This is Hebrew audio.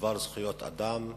בדבר זכויות אדם,